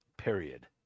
period